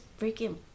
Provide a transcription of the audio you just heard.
freaking